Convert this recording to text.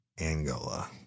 Angola